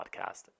podcast